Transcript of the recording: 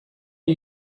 you